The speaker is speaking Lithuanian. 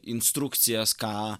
instrukcijas ką